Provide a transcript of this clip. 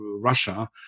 Russia